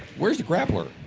where is the grappler?